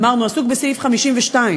אמרנו: עסוק בסעיף 52,